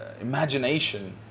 imagination